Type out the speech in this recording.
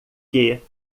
que